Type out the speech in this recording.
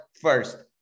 first